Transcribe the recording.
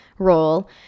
Role